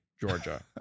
Georgia